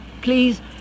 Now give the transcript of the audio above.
Please